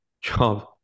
job